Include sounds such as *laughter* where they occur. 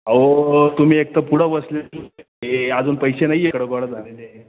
अहो तुम्ही एकतर पुढं बसले अजून पैसे नाही आहे *unintelligible* झालेले